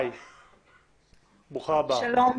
שלום,